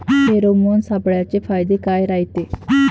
Pheromone सापळ्याचे फायदे काय रायते?